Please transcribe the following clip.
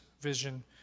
vision